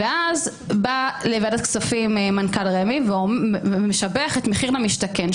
ואז בא לוועדת כספים מנכ"ל רמ"י ומשבח את מחיר למשתכן,